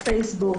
הפייסבוק,